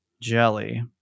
jelly